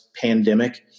pandemic